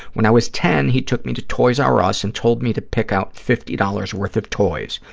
when i was ten, he took me to toys r us and told me to pick out fifty dollars worth of toys,